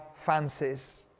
fancies